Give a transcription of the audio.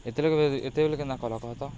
ଏତେ ଏତେବେଲେ କିନା କହ ତ